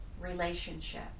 relationship